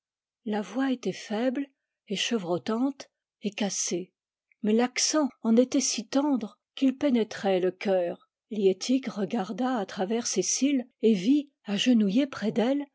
la voix était faible et chevrotante et cassée mais l'accent en était si tendre qu'il pénétrait le cœur liettik regarda à travers ses cils et vit agenouillé près d'elle